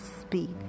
speak